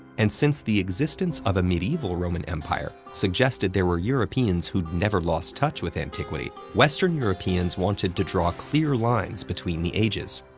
and since the existence of a medieval roman empire suggested there were europeans who'd never lost touch with antiquity, western europeans wanted to draw clear lines between the ages.